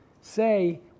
say